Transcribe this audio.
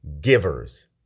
Givers